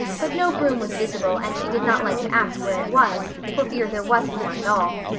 but no broom was visible and she did not like to ask where it was for fear there wasn't one at all.